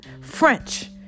French